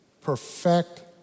perfect